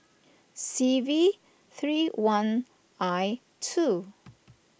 C V three one I two